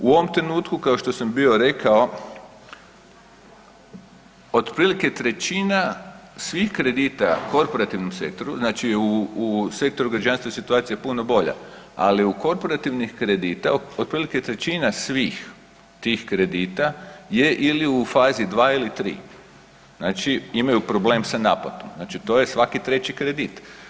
U ovom trenutku kao što sam bio rekao otprilike trećina svih kredita u korporativnom sektoru, znači u sektoru građanstva je situacija puno bolja, ali u korporativnih kredita otprilike trećina svih tih kredita je ili u fazi 2 ili 3, znači imaju problem sa naplatom, znači to je svaki treći kredit.